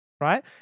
right